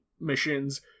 missions